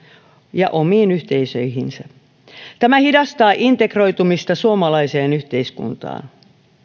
ja omiin yhteisöihinsä tämä hidastaa integroitumista suomalaiseen yhteiskuntaan